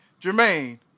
Jermaine